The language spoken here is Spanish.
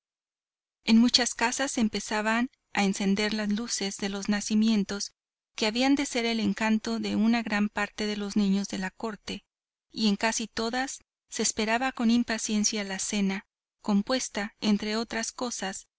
en muchas casas se empezaban a encender las luces de los nacimientos que habían de ser el encanto de una gran parte de los niños de la corte y en casi todas se esperaba con impaciencia la cena compuesta entre otras cosas